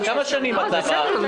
כמה שנים אתה פה?